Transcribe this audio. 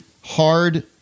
hard